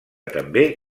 també